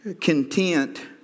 content